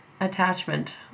attachment